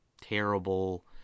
terrible